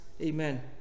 Amen